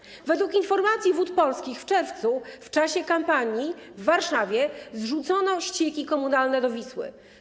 A tymczasem według informacji Wód Polskich w czerwcu w czasie kampanii w Warszawie zrzucono ścieki komunalne do Wisły.